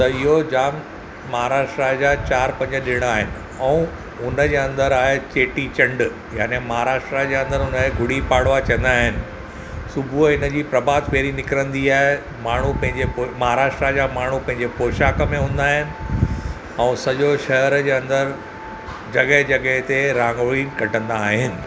त इहो जाम महाराष्ट्रा जा चारि पंज ॾिण आहिनि ऐं हुन जे अंदरि आहे चेटीचंडु याने महाराष्ट्रा जे अंदरि हुन खे गुड़ी पड़वा चवंदा आहिनि सुबुह हिन जी प्रभात फेरी निकिरंदी आहे माण्हू पंहिंजे महाराष्ट्रा जा माण्हू पंहिंजे पोशाक में हूंदा आहिनि ऐं सॼो शहर जे अंदरि जॻहि जॻहि ते रांगोली कढंदा आहिनि